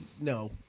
no